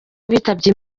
abitabye